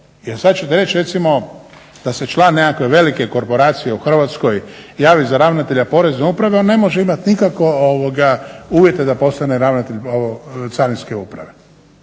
sad ćete reći recimo da se član nekakve velike korporacije u Hrvatskoj javi za ravnatelja Porezne uprave on ne može imati nikako uvjete da postane ravnatelj Carinske uprave